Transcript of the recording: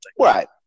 Right